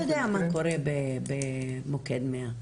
אתה יודע מה קורה במוקד 100,